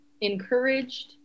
encouraged